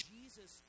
Jesus